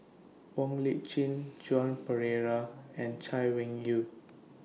Wong Lip Chin Joan Pereira and Chay Weng Yew